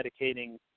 medicating